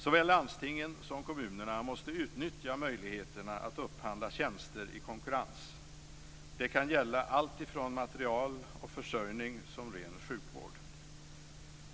Såväl landstingen som kommunerna måste utnyttja möjligheterna att upphandla tjänster i konkurrens. Det kan gälla allt ifrån materiel och försörjning till ren sjukvård.